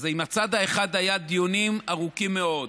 אז עם הצד האחד היו דיונים ארוכים מאוד.